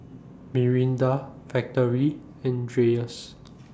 Mirinda Factorie and Dreyers